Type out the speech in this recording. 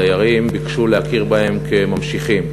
הדיירים ביקשו להכיר בהם כממשיכים.